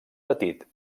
petit